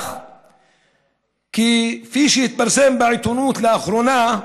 כפי שהתפרסם בעיתונות לאחרונה,